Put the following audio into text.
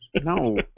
No